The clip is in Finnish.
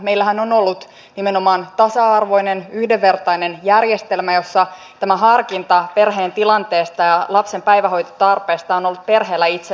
meillähän on ollut nimenomaan tasa arvoinen yhdenvertainen järjestelmä jossa tämä harkinta perheen tilanteesta ja lapsen päivähoitotarpeesta on ollut perheellä itsellänsä